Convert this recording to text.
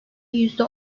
yüzde